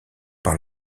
par